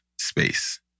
space